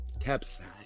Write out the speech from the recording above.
Capsize